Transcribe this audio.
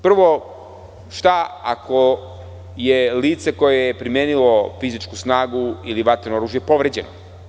Prvo, šta ako je lice koje je primenilo fizičku snagu ili vatreno oružje povređeno?